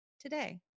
today